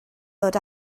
ddod